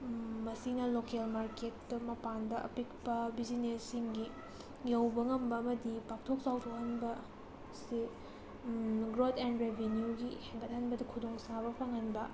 ꯃꯁꯤꯅ ꯂꯣꯀꯦꯜ ꯃꯥꯔꯀꯦꯠꯇꯣ ꯃꯄꯥꯟꯗ ꯑꯄꯤꯛꯄ ꯕꯤꯖꯤꯅꯦꯖꯁꯤꯡꯒꯤ ꯌꯧꯕ ꯉꯝꯕ ꯑꯃꯗꯤ ꯄꯥꯛꯊꯣꯛ ꯆꯥꯎꯊꯣꯛꯍꯟꯕꯁꯤ ꯒ꯭ꯔꯦꯠ ꯑꯦꯟ ꯔꯤꯕꯤꯅ꯭ꯌꯨꯒꯤ ꯍꯦꯟꯒꯠꯍꯟꯕꯗ ꯈꯨꯗꯣꯡ ꯆꯥꯕ ꯐꯪꯍꯟꯕ